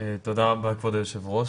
תודה רבה כבוד היו"ר.